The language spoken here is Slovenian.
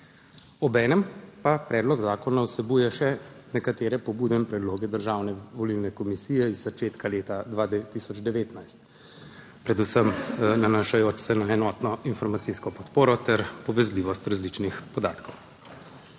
Obenem pa predlog zakona vsebuje še nekatere pobude in predloge Državne volilne komisije iz začetka leta 2019, predvsem nanašajoč se na enotno informacijsko podporo ter povezljivost različnih podatkov.